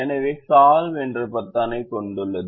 எனவே சால்வ் என்று ஒரு பொத்தானைக் கொண்டுள்ளது